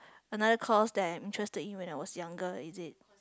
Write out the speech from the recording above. another course that interested you when I was younger is it